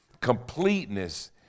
completeness